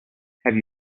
have